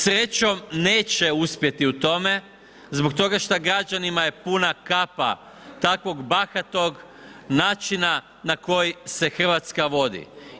Srećom neće uspjeti u tome zbog toga šta građanima je puna kapa takvog bahatog načina na koji se Hrvatska vodi.